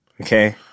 okay